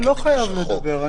אני לא חייב לדבר.